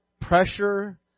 pressure